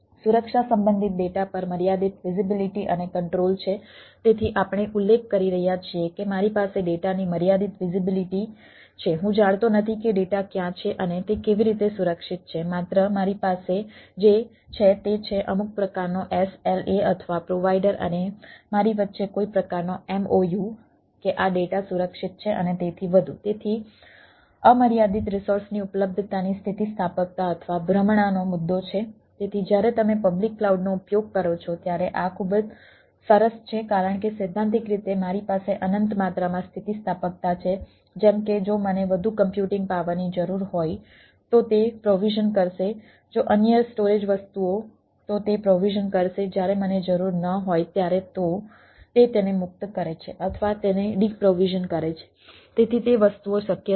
સુરક્ષા સંબંધિત ડેટા પર મર્યાદિત વિઝિબિલીટી શક્ય છે